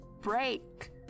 break